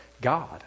God